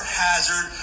hazard